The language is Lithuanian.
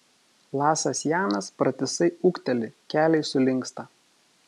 lasas janas pratisai ūkteli keliai sulinksta